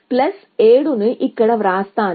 కాబట్టి నేను 700 ను ఇక్కడ వ్రాస్తాను